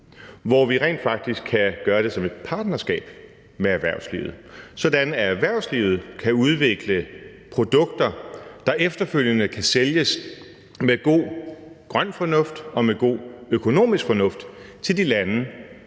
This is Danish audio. hvor vi rent faktisk kan gøre det som et partnerskab med erhvervslivet, sådan at erhvervslivet kan udvikle produkter, der efterfølgende kan sælges med god grøn fornuft og med god økonomisk fornuft til de lande,